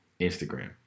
Instagram